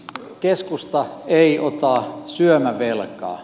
keskusta ei ota syömävelkaa